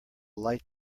light